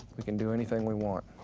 we can do anything we want.